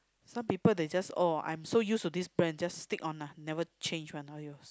some people they just oh I'm so used to this brand just stick on lah never change one !aiyo!